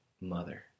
mother